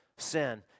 sin